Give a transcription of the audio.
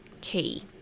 key